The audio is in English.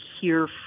hear